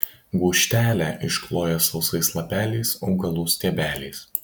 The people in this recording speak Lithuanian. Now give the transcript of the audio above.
gūžtelę iškloja sausais lapeliais augalų stiebeliais